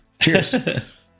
Cheers